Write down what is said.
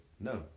no